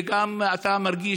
ואתה מרגיש,